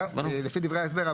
לפי דברי ההסבר,